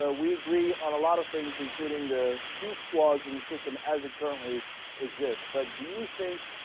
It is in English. ah we agree on a lot of things including the huge clausen's system as it currently exist but do you think